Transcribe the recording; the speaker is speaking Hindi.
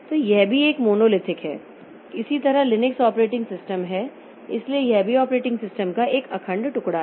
तो यह भी एक मोनोलिथिक है इसी तरह लिनक्स ऑपरेटिंग सिस्टम है इसलिए यह भी ऑपरेटिंग सिस्टम का एक अखंड टुकड़ा है